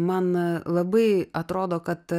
man labai atrodo kad